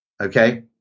Okay